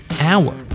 hour